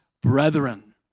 brethren